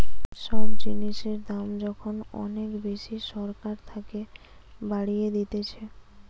সব জিনিসের দাম যখন অনেক বেশি সরকার থাকে বাড়িয়ে দিতেছে